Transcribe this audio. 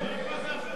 מה זה "אחריכם"?